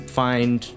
find